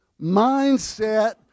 mindset